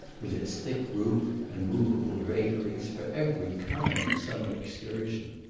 with its thick roof and moveable draperies, for every kind of summer excursion.